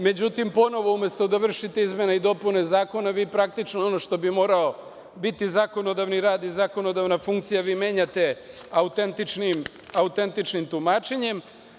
Međutim, ponovo umesto da vršite izmene i dopune zakona, vi praktično, ono što bi morao biti zakonodavni i zakonodavna funkcija, vi menjate autentičnim tumačenjem.